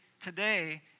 today